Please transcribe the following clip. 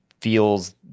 feels